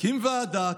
תקים ועדה.